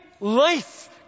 life